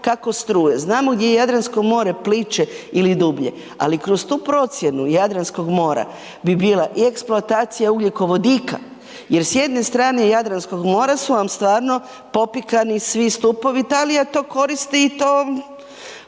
kako struje. Znamo gdje je Jadransko more pliće ili dublje, ali kroz tu procjenu Jadranskog mora bi bila i eksploatacija ugljikovodika jer s jedne strane Jadranskog mora su vam stvarno popikani svi stupovi, Italija to koristi i to